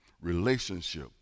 relationship